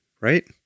Right